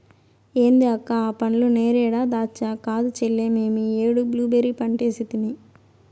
ఏంది అక్క ఆ పండ్లు నేరేడా దాచ్చా కాదు చెల్లే మేమీ ఏడు బ్లూబెర్రీ పంటేసితిని